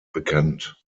bekannt